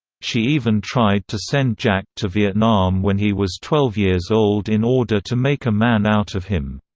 she even tried to send jack to vietnam when he was twelve years old in order to make a man out of him.